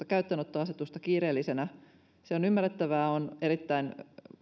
käyttöönottoasetusta kiireellisenä se on ymmärrettävää on erittäin